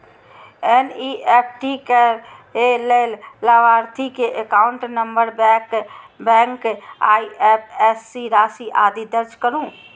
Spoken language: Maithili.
एन.ई.एफ.टी करै लेल लाभार्थी के एकाउंट नंबर, बैंक, आईएपएससी, राशि, आदि दर्ज करू